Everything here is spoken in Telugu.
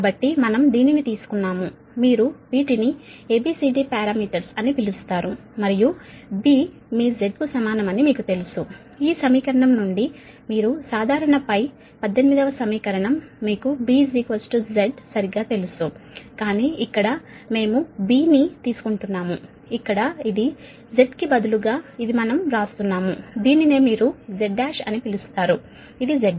కాబట్టి మనం దీనిని తీసుకున్నాము మీరు వీటిని ABCD పారామీటర్స్ అని పిలుస్తారు మరియు B మీ Z కు సమానమని మీకు తెలుసు ఈ సమీకరణం నుండి మీరు సాధారణ 18 వ సమీకరణం మీకు B Z సరిగ్గా తెలుసు కానీ ఇక్కడ మేము B ని తీసుకుంటున్నాము ఇక్కడ ఇది Z కి బదులుగా ఇది మనం వ్రాస్తున్నాము దీనినే మీరు Z1 అని పిలుస్తారు ఇది Z1